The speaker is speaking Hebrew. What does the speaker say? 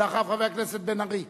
אחריו, חבר הכנסת בן-ארי.